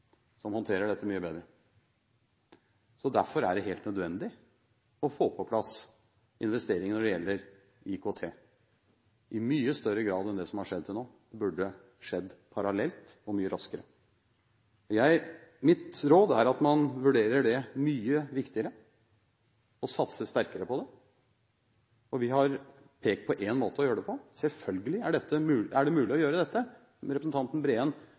som håndterer dette mye bedre. Derfor er det helt nødvendig å få på plass investeringer når det gjelder IKT, i mye større grad enn det som har skjedd til nå. Det burde ha skjedd parallelt og mye raskere. Mitt råd er at man vurderer det som mye viktigere og satser sterkere på det. Vi har pekt på én måte å gjøre det på. Selvfølgelig er det mulig å gjøre dette. Representanten Breen